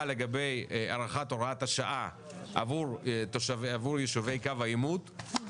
לגבי הארכת הוראת השעה עבור יישובי קו העימות,